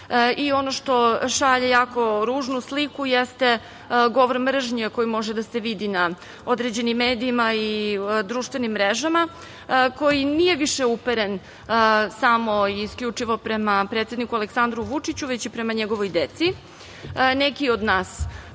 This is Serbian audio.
i ono što šalje ružnu sliku jeste govor mržnje koji može da se vidi na određenim medijima i društvenim mrežama, koji nije više uperen samo i isključivo prema predsedniku Aleksandru Vučiću već i prema njegovoj deci,